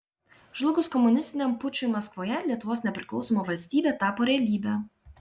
žlugus komunistiniam pučui maskvoje lietuvos nepriklausoma valstybė tapo realybe